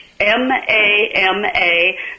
M-A-M-A